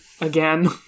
again